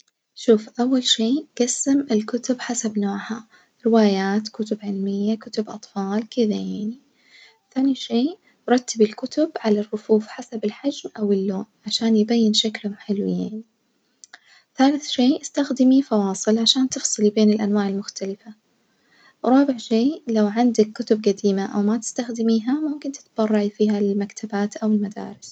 شوف أول شي جسم الكتب حسب نوعها، روايات كتب علمية كتب أطفال كدة يعني، ثاني شي رتبي الكتب على الرفوف حسب الحجم أو اللون عشان يبين شكلهم حلو يعني، ثالث شي استخدمي فواصل عشان تفصلي بين الأنواع المختلفة، رابع شي لو عندك كتب جديمة أو ما تستخدميها ممكن تتبرعي فيها للمكتبات أو المدارس.